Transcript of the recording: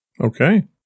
Okay